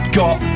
got